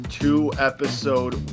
two-episode